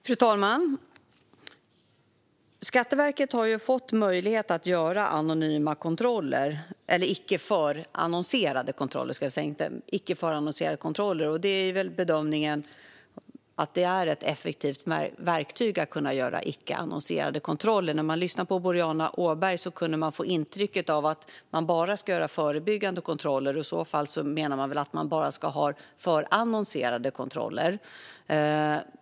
Fru talman! Skatteverket har fått möjlighet att göra icke förannonserade kontroller. Bedömningen är att det är ett effektivt verktyg. När man lyssnar på Boriana Åberg kan man få intrycket av att det bara ska göras förebyggande kontroller. I så fall innebär väl det att man bara ska förannonserade kontroller.